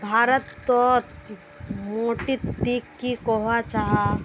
भारत तोत माटित टिक की कोहो जाहा?